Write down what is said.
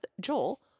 Joel